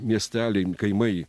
miesteliai kaimai